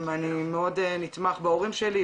אני מאוד נתמך בהורים שלי,